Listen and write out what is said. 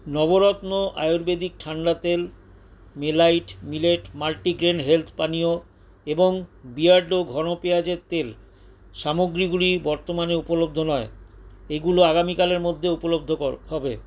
নবরত্ন ayurvedic ঠান্ডা তেল মেলাইট মিলেট মাল্টিগ্রেন হেলথ পানীয় এবং বিয়ার্ডো ঘন পেঁয়াজের তেল সামগ্রীগুলি বর্তমানে উপলব্ধ নয় এগুলো আগামীকালের মধ্যে উপলব্ধ হবে